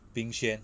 bing xuan